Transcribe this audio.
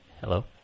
Hello